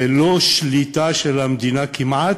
ללא שליטה של המדינה כמעט,